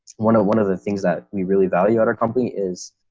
one of one of the things that we really value at our company is